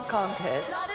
Contest